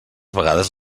vegades